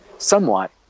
somewhat